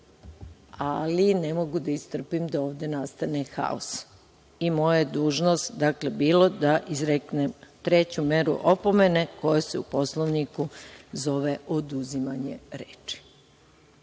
ali ne mogu da istrpim da ovde nastane haos i moja je dužnost bilo da izreknem treću meru opomene koje se u Poslovniku zove oduzimanje